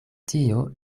tio